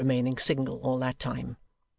remaining single all that time.